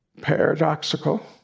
paradoxical